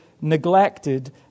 neglected